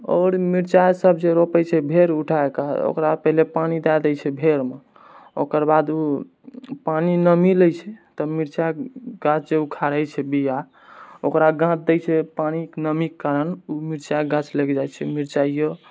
आउर मिर्चाइ सब जे रोपै छै भेर उठाकऽ ओकरा पहिने पानि दै दे छै भेर मे ओकरबाद ओ पानि नमी लै छै तऽ मिर्चाइ गाछ जे उखारै छै बीआ ओकरा गाँथ दै छै पानिके नमीके कारण ओ मिर्चाइके गाछ लागि जाइछे मिर्चाइयो